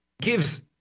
gives